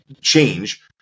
change